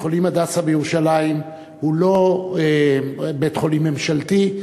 בית-חולים "הדסה" בירושלים הוא לא בית-חולים ממשלתי,